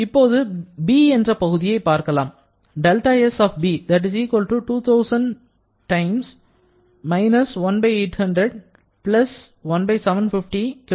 இப்போது 'b' என்ற பகுதியை பார்க்கலாம்